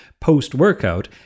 post-workout